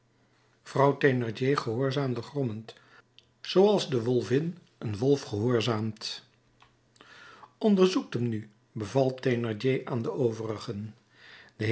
vrouw thénardier gehoorzaamde grommend zooals de wolvin een wolf gehoorzaamt onderzoekt hem nu beval thénardier aan de overigen